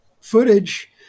footage